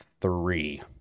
three